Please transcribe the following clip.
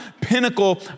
pinnacle